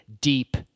deep